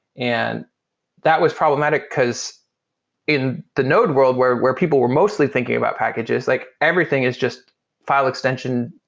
and that was problematic, because in the node world where where people were mostly thinking about packages, like everything is just file extension.